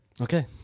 Okay